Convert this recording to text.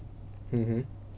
mmhmm